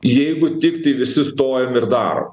jeigu tiktai visi stovim ir darom